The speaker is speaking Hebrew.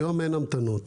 היום אין המתנות.